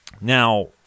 Now